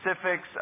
specifics